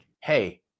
hey